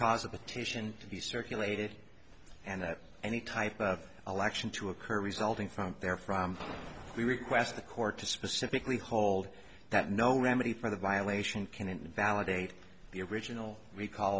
cause a petition to be circulated and that any type of election to occur resulting from there from the request the court to specifically hold that no remedy for the violation can invalidate the original recall